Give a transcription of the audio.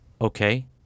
okay